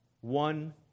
one